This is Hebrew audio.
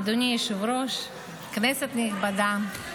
אדוני היושב-ראש, כנסת נכבדה.